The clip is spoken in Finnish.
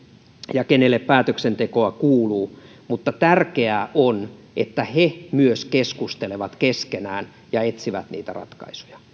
ja kenelle päätöksentekoa kuuluu mutta tärkeää on että he myös keskustelevat keskenään ja etsivät niitä ratkaisuja